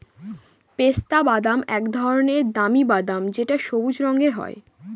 পেস্তা বাদাম এক ধরনের দামি বাদাম যেটা সবুজ রঙের হয়